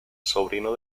sobrino